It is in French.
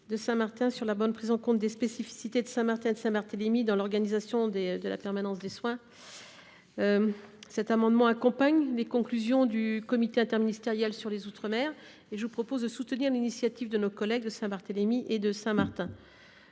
de Saint Martin concernant la bonne prise en compte des spécificités de Saint Martin et de Saint Barthélemy dans l’organisation de la permanence des soins. Cette proposition accompagne les conclusions du comité interministériel sur les outre mer. Je vous propose donc de soutenir l’initiative de nos collègues de Saint Barthélemy et de Saint Martin.